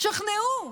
תשכנעו.